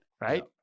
right